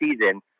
season